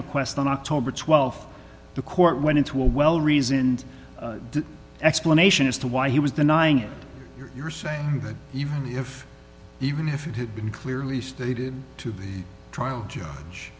request on october th the court went into a well reasoned explanation as to why he was denying it you're saying that even the if even if it had been clearly stated to the trial judge